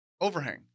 overhang